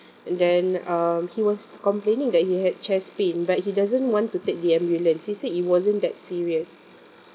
and then um he was complaining that he had chest pain but he doesn't want to take the ambulance he said it wasn't that serious